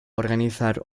organizar